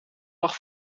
lag